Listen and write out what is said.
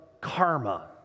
karma